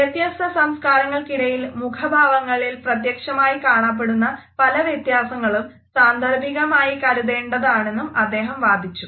വ്യത്യസ്ത സംസകാരങ്ങൾക്കിടയിൽ മുഖഭാവങ്ങളിൽ പ്രത്യക്ഷമായി കാണപ്പെടുന്ന പല വ്യത്യാസങ്ങളും സാന്ദർഭികമായി കരുതേണ്ടതാണെന്നും അദ്ദേഹം വാദിച്ചു